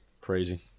Crazy